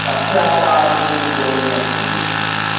पथ्याहारं स्वीकुर्वन्नस्मि